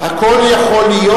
הכול יכול להיות,